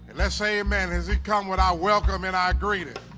let's say a man. has he come with our welcome and i greeted